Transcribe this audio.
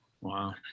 Wow